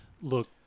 look